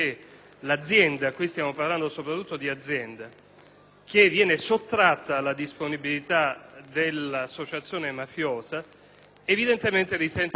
che viene sottratta alla disponibilità dell'associazione mafiosa evidentemente risente di alcuni contraccolpi; per esempio, non può fruire *cash*